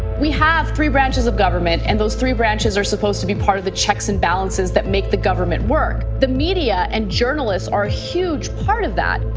we have three branches of government, and those three branches are supposed to be part of the checks and balances that make the government work. the media and journalists are a huge part of that.